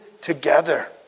together